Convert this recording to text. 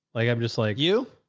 like i'm just like you.